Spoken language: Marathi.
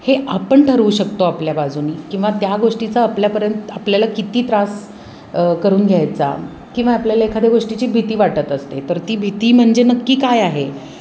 हे आपण ठरवू शकतो आपल्या बाजुने किंवा त्या गोष्टीचा आपल्यापर्यंत आपल्याला किती त्रास करून घ्यायचा किंवा आपल्याला एखाद्या गोष्टीची भीती वाटत असते तर ती भीती म्हणजे नक्की काय आहे